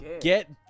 get